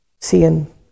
seeing